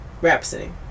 Rhapsody